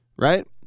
Right